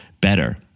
better